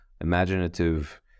imaginative